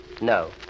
no